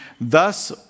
thus